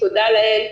תודה לאל,